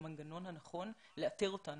את המנגנון הנכון לאתר אותן,